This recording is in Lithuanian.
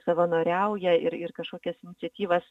savanoriauja ir ir kažkokias iniciatyvas